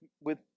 with